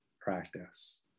practice